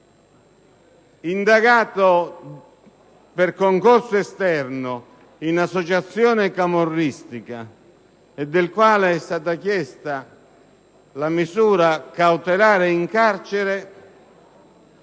indagato per concorso esterno in associazione camorristica, del quale è stata chiesta la misura cautelare in carcere,